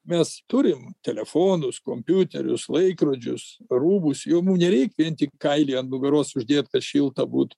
mes turim telefonus kompiuterius laikrodžius rūbus jau mum nereik vien tik kailį ant nugaros uždėt kad šilta būtų